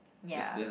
ya